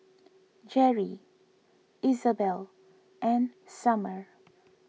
Jerri Izabelle and Sommer